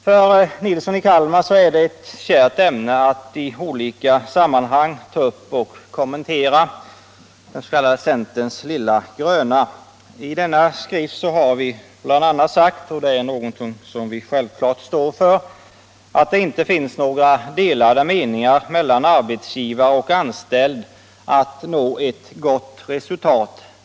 För herr Nilsson i Kalmar är ”Centerns lilla gröna” ett kärt ämne. I den skriften har vi bl.a. uttalat — och det står vi självfallet för — att det inte finns några delade meningar mellan arbetsgivare och anställd när det gäller att nå ett gott produktionsresultat.